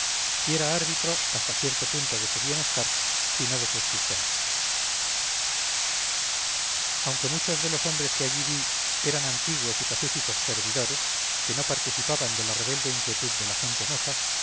y era árbitro hasta cierto punto de su bienestar si no de su existencia aunque muchos de los hombres que allí vi eran antiguos y pacíficos servidores que no participaban de la rebelde inquietud de la gente